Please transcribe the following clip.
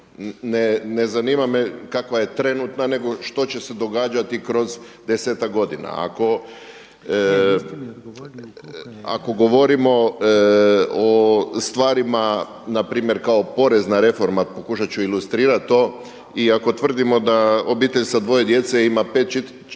Ne zanima me kakva je trenutna nego što će se događati kroz desetak godina. Ako govorimo o stvarima na primjer kao porezna reforma, pokušat ću ilustrirati to i ako tvrdimo da obitelj sa dvoje djece ima 5400 kuna